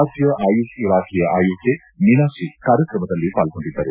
ರಾಜ್ಯ ಆಯುಷ್ ಇಲಾಖೆಯ ಆಯುಕ್ತ ಮೀನಾಕ್ಷಿ ಕಾರ್ಯಕ್ರಮದಲ್ಲಿ ಪಾಲ್ಗೊಂಡಿದ್ದರು